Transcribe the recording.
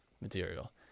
material